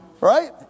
Right